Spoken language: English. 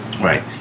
Right